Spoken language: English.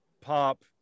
pop